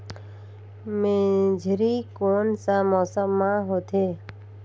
मेझरी कोन सा मौसम मां होथे?